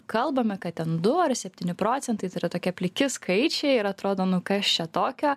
kalbame kad ten du ar septyni procentai tai yra tokie pliki skaičiai ir atrodo nu kas čia tokio